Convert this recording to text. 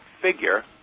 figure